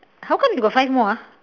how come they got five more ah